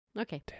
Okay